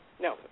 No